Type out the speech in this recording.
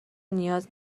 نیاز